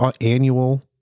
annual